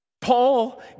Paul